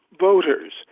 voters